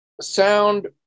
sound